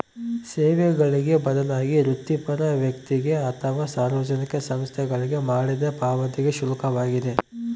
ಸೇವೆಗಳಿಗೆ ಬದಲಾಗಿ ವೃತ್ತಿಪರ ವ್ಯಕ್ತಿಗೆ ಅಥವಾ ಸಾರ್ವಜನಿಕ ಸಂಸ್ಥೆಗಳಿಗೆ ಮಾಡಿದ ಪಾವತಿಗೆ ಶುಲ್ಕವಾಗಿದೆ